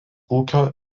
ūkio